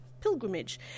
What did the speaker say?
pilgrimage